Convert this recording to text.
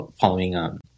following